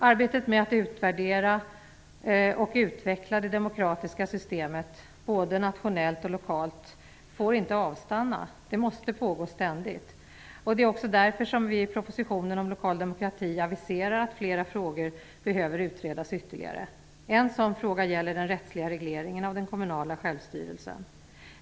Arbetet med att utvärdera och utveckla det demokratiska systemet både nationellt och lokalt får inte avstanna. Det måste pågå ständigt. Det är också därför som vi i propositionen om lokal demokrati aviserar att flera frågor behöver utredas ytterligare. En sådan fråga gäller den rättsliga regleringen av den kommunala självstyrelsen.